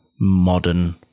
modern